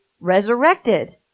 Resurrected